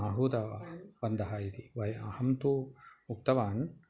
आहूतवन्तः इति वयम् अहं तु उक्तवान्